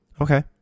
okay